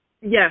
Yes